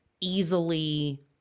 easily